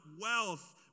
wealth